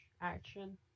action